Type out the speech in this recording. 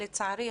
לצערי,